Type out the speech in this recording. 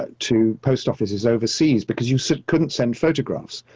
to post offices overseas, because you so couldn't send photographs.